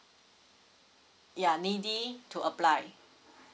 yeah needy to apply